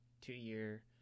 two-year